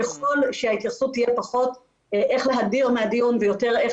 ככל שההתייחסות תהיה פחות איך להדיר מהדיון ויותר איך